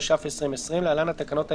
התש"ף-2020 (להלן התקנות העיקריות),